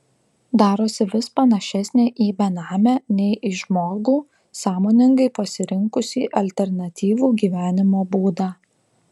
darosi vis panašesnė į benamę nei į žmogų sąmoningai pasirinkusį alternatyvų gyvenimo būdą